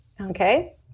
Okay